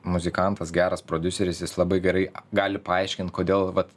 muzikantas geras prodiuseris jis labai gerai gali paaiškint kodėl vat